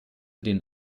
den